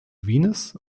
venus